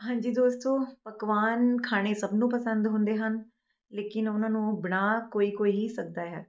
ਹਾਂਜੀ ਦੋਸਤੋ ਪਕਵਾਨ ਖਾਣੇ ਸਭ ਨੂੰ ਪਸੰਦ ਹੁੰਦੇ ਹਨ ਲੇਕਿਨ ਉਹਨਾਂ ਨੂੰ ਬਣਾ ਕੋਈ ਕੋਈ ਹੀ ਸਕਦਾ ਹੈ